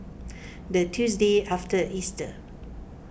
the Tuesday after Easter